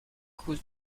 cause